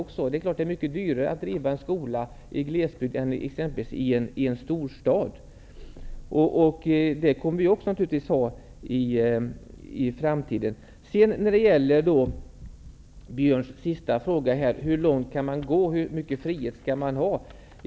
Det är klart att det är mycket dyrare att driva en skola i glesbygd än i en storstad. Detta kommer naturligtvis att gälla även i framtiden. Björn Samuelson frågade hur långt man kan gå och hur mycket frihet vi skall ha.